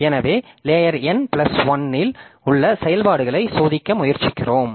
எனவே layer N plus 1 இல் உள்ள செயல்பாடுகளை சோதிக்க முயற்சிக்கிறோம்